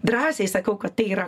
drąsiai sakau kad tai yra